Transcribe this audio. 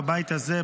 בבית הזה,